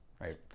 right